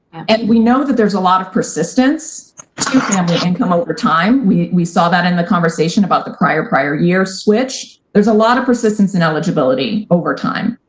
and we know that there's a lot of persistence um to family income over time. we we saw that in the conversation about the prior-prior year switch. there's a lot of persistence in eligibility over time.